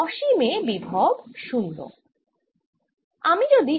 অসীমে বিভব ০ V ∞0